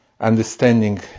understanding